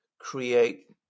create